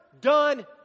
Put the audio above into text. done